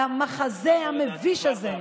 המחזה המביש הזה,